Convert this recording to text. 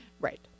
Right